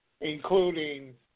including